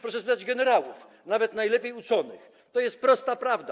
Proszę spytać generałów, nawet najlepiej uczonych - to jest prosta prawda.